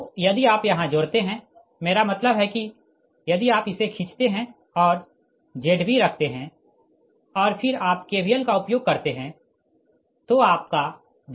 तो यदि आप यहाँ जोड़ते है मेरा मतलब है कि यदि आप इसे खीचतें है और Zb रखते है और फिर आप KVL का उपयोग करते है तो आपका Vj ZbIkVi बन जाएगा